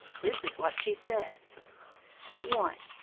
this is what she said one.